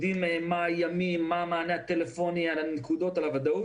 מה הימים, מתי המענה הטלפוני, הנקודות והוודאות.